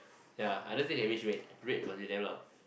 ya I don't think it can reach red red must be damn loud